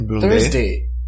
Thursday